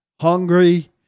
hungry